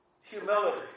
Humility